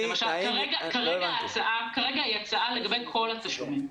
כרגע ההצעה היא לגבי כל התשלומים.